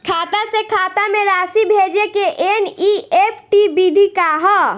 खाता से खाता में राशि भेजे के एन.ई.एफ.टी विधि का ह?